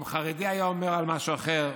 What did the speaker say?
אם חרדי היה אומר על מישהו אחר,